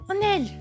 Onel